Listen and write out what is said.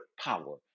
power